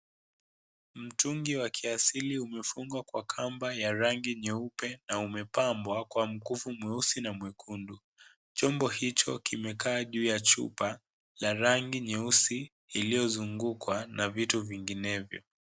Mtungi wa kiasili umefungwa kwa kamba ya rangi nyeupa na umepambwa kwa mkufu mweusi na mwekundu. Chombo hicho kimekaa juu ya chupa ya rangi nyeusi iliyozungukwa na vitu vinginevyo.